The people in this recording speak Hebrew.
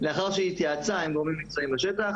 לאחר שהיא התייעצה עם גורמים מקצועיים בשטח.